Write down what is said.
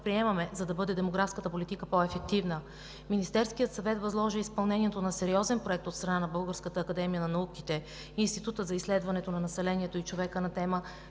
за да бъде демографската политика по-ефективна. Министерският съвет възложи изпълнението на сериозен проект от страна на Българската академия на науките и Института за изследването на населението и човека на тема